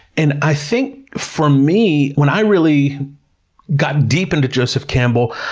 and i think for me, when i really got deep into joseph campbell,